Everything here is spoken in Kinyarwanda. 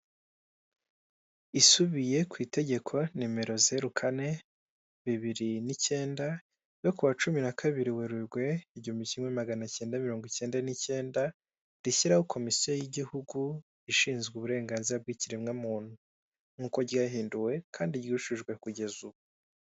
Isubiye ku itegeko nimero zeru kane bibiri n'icyenda yo ku wa cumi na kabiri werurwe igihumbi kimwe magana cyenda mirongo icyenda n'icyenda, rishyiraho komisiyo y'igihugu ishinzwe uburenganzira bw'ikiremwamuntu nk'uko ryahinduwe kandi ryujujwe kugeza ubu.